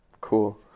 Cool